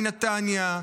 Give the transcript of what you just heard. מנתניה,